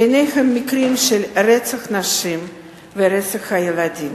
ביניהם מקרים של רצח נשים ורצח ילדים.